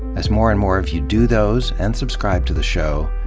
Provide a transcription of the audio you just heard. as more and more of you do those, and subscribe to the show,